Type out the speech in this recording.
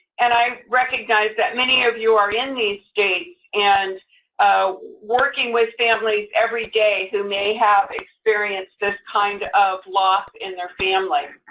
and i recognize that many of you are in these states and working with families everyday who may have experienced this kind of loss in their family.